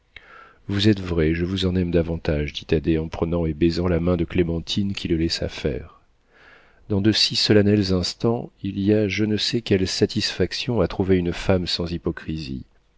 vous êtes vraie et je vous en aime davantage dit thaddée en prenant et baisant la main de clémentine qui le laissa faire dans de si solennels instants il y a je ne sais quelle satisfaction à trouver une femme sans hypocrisie